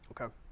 Okay